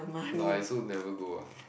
no I also never go ah